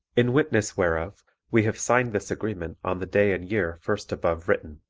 in witness whereof we have signed this agreement on the day and year first above written.